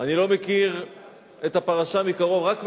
אני לא מכיר את הפרשה מקרוב, רק מרחוק,